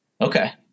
Okay